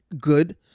Good